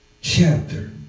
chapter